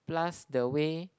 plus the way